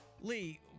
Lee